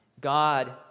God